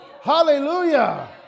Hallelujah